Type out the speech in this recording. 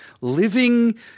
living